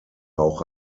auch